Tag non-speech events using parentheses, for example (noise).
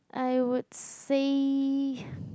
I would say (breath)